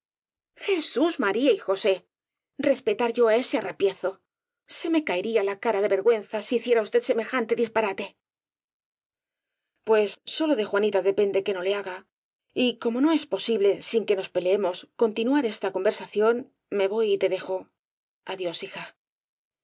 jesús maría y josé respetar yo á ese arra piezo se me caería la cara de vergüenza si hicie ra usted semejante disparate pues sólo de juanita depende que no le haga y como no es posible sin que nos peleemos con tinuar esta conversación me voy y te dejo adiós hija